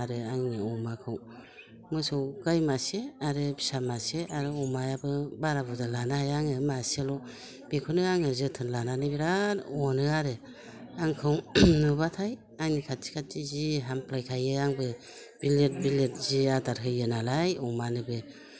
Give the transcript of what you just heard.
आरो आंनि अमाखौ मोसौ गाय मासे आरो फिसा मासे अमायाबो बारा बुरजा लानो हाया आङो मासेल' बेखौनो आङो जोथोन लानानै बिराद अनो आरो आंखौ नुब्लाथाय आंनि खाथि खाथि जि हामफ्लाय खायो आंबो बिलिर बिलिर जि आदार होयो नालाय अमानोबो